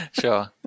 Sure